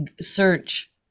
search